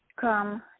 come